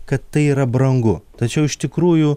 kad tai yra brangu tačiau iš tikrųjų